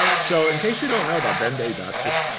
so in case you don't know about ben-day dots, just,